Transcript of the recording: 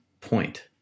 point